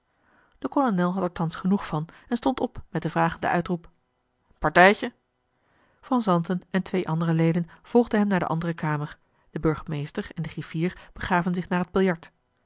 had er thans genoeg van en stond op met den vragenden uitroep partijtje van zanten en twee andere leden volgden hem naar de andere kamer de burgemeester en de griffier begaven zich naar het